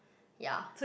ya